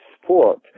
support